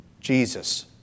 Jesus